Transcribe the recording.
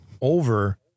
over